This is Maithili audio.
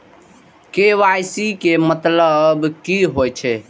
के.वाई.सी के मतलब की होई छै?